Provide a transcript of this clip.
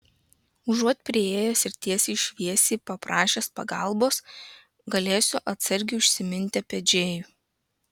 užuot priėjęs ir tiesiai šviesiai paprašęs pagalbos galėsiu atsargiai užsiminti apie džėjų